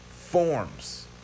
forms